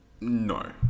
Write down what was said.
No